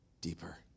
deeper